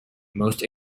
most